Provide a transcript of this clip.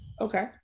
Okay